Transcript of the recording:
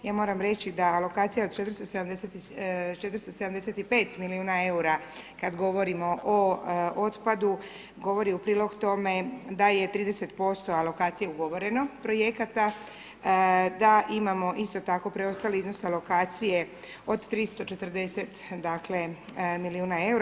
Ja moram reći da lokacija od 475 milijuna eura kad govorimo o otpadu govori u prilog tome da je 30% alokacije ugovoreno projekata, da imamo isto tako preostali iznos alokacije od 340 dakle milijuna eura.